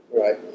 Right